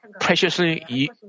preciously